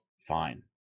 Fine